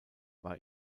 war